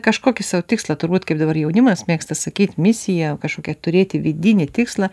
kažkokį sau tikslą turbūt kaip dabar jaunimas mėgsta sakyti misija kažkokią turėti vidinį tikslą